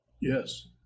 Yes